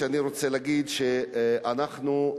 אנחנו,